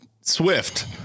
Swift